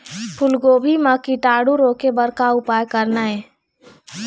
फूलगोभी म कीटाणु रोके बर का उपाय करना ये?